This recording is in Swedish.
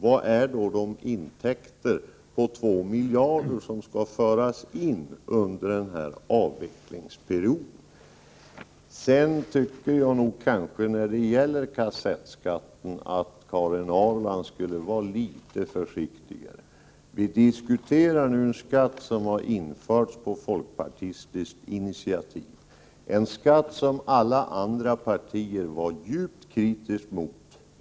Var är de intäkter på 2 miljarder som skall föras in under den här avvecklingsperioden? När det gäller kassettskatten tycker jag nog att Karin Ahrland skulle vara litet försiktigare. Vi diskuterar nu en skatt som har införts på folkpartistiskt initiativ, en skatt som alla andra partier var djupt kritiska mot.